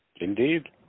Indeed